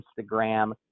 Instagram